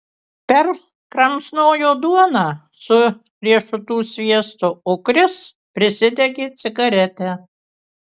perl kramsnojo duoną su riešutų sviestu o kris prisidegė cigaretę